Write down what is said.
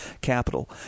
capital